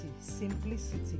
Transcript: simplicity